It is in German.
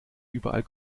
überall